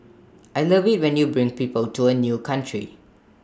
I love IT when you bring people to A new country